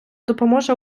допоможе